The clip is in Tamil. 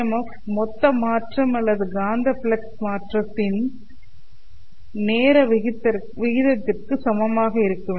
எஃப் மொத்த மாற்றம் அல்லது காந்தப் ஃப்ளக்ஸ் மாற்றத்தின் ψm நேர விகிதத்திற்கு சமமாக இருக்க வேண்டும்